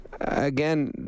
again